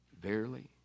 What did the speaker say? Verily